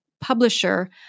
publisher